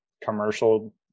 commercial